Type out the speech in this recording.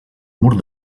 mur